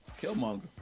Killmonger